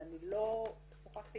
אבל לא שוחחתי איתה לפני כן.